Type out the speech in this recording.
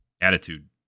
attitude